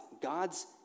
God's